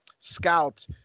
scout